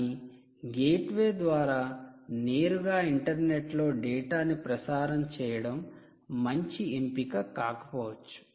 కానీ గేట్వే ద్వారా నేరుగా ఇంటర్నెట్లో డేటాను ప్రసారం చేయడం మంచి ఎంపిక కాకపోవచ్చు